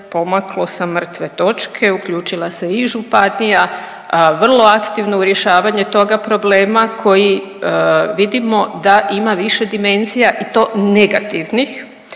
pomaklo sa mrtve točke, uključila se i županija vrlo aktivno u rješavanje toga problema koji vidimo da ima više dimenzija i to negativnih,